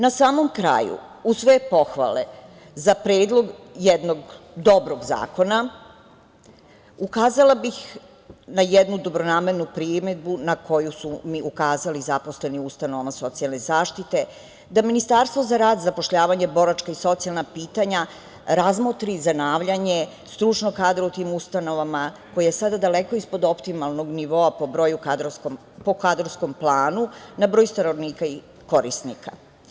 Na samom kraju, uz sve pohvale za predlog jednog dobrog zakona, ukazala bih na jednu dobronamernu primedbu na koju su mi ukazali zaposleni u ustanovama socijalne zaštite da Ministarstvo za rad, zapošljavanje, boračka i socijalna pitanja razmotri zanavljanje stručnog kadra u tim ustanovama ko je sada daleko ispod optimalnog nivoa po kadrovskom planu na broj stanovnika i korisnika.